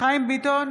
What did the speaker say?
חיים ביטון,